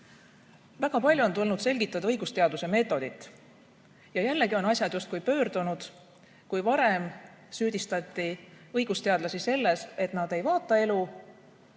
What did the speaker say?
Väga palju on tulnud selgitada õigusteaduse meetodit ja jällegi on asjad justkui pöördunud. Kui varem süüdistati õigusteadlasi selles, et nad ei vaata elu